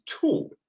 tool